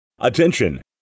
Attention